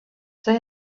they